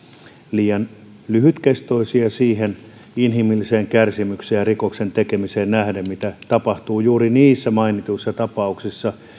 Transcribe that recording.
liian lyhytkestoisia siihen inhimilliseen kärsimykseen ja rikoksen tekemiseen nähden mitä tapahtuu juuri niissä mainituissa tapauksissa